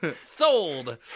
sold